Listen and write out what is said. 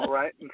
right